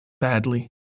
badly